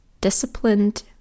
disciplined